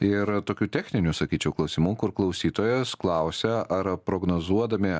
ir tokių techninių sakyčiau klausimų kur klausytojas klausia ar prognozuodami